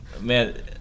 man